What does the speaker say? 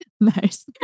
Nice